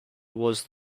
was